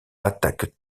attaquent